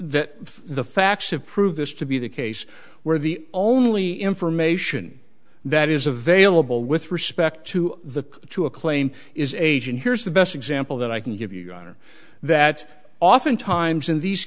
that the facts of prove this to be the case where the only information that is available with respect to the two a claim is age and here's the best example that i can give you on that oftentimes in these